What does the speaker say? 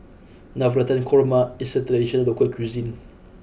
Navratan Korma is a traditional local cuisine